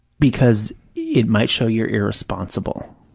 because it might show you're irresponsible.